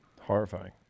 Horrifying